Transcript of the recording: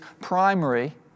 primary